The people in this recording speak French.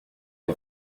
est